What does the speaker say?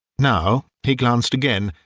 now he glanced again,